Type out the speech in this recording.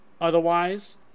Otherwise